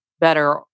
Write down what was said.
better